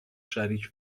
شریک